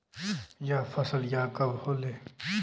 यह फसलिया कब होले?